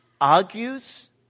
argues